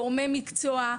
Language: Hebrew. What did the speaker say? גורמי מקצוע,